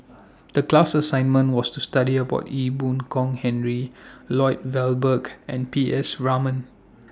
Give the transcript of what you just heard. The class assignment was to study about Ee Boon Kong Henry Lloyd Valberg and P S Raman